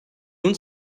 nun